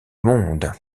monde